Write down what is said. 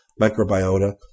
microbiota